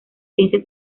ciencias